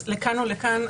אז כאן או לכאן,